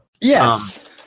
Yes